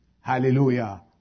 Hallelujah